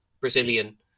Brazilian